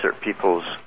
peoples